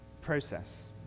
process